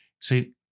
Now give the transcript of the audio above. See